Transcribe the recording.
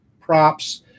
props